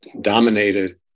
dominated